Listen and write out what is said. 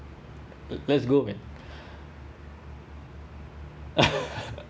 let’s go man